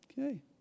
Okay